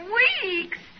weeks